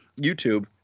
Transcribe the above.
YouTube